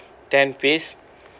stamp fees